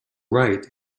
right